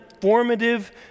formative